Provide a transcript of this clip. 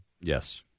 Yes